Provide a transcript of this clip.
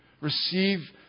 Receive